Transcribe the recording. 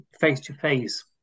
face-to-face